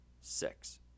six